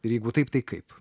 ir jeigu taip tai kaip